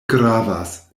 gravas